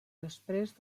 després